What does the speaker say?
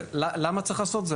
שלמה צריך לעשות את זה?